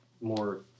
more